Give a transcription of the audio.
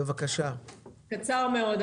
קצר מאוד.